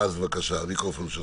רז, בבקשה, המיקרופון שלך.